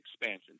expansion